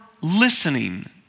listening